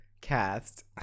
Cast